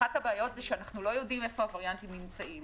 אחת הבעיות היא שאנו לא יודעים היכן הווריאנטים נמצאים.